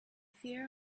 fear